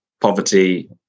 poverty